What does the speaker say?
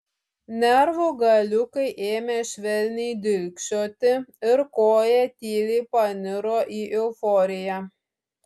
nervų galiukai ėmė švelniai dilgčioti ir kloja tyliai paniro į euforiją